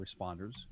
responders